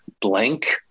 blank